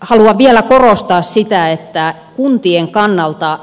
haluan vielä korostaa sitä että kuntien kannalta